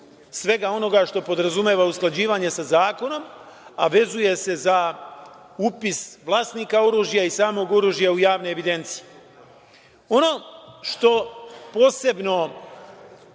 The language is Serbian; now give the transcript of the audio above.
svega onoga što podrazumeva usklađivanje sa zakonom, a vezuje se za upis vlasnika oružja i samog oružja u javne evidencije. Ono što posebno